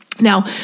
Now